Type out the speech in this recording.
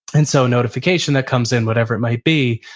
and so notification that comes in, whatever it might be.